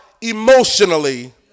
emotionally